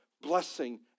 blessing